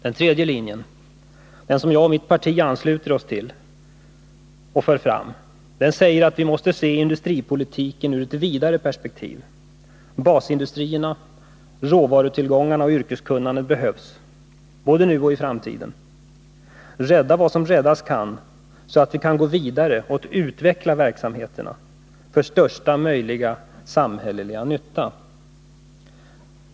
Den tredje linjen — den som jag och mitt parti ansluter oss till och för fram — säger att vi måste se industripolitiken ur ett vidare perspektiv. Basindustrierna, råvarutillgångarna och yrkeskunnandet behövs både nu och i framtiden. Rädda vad som räddas kan, så att vi kan gå vidare och utveckla verksamheterna för största möjliga samhälleliga nytta.